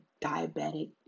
diabetic